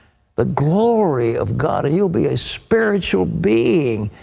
the glory of god. you'll be a spiritual being.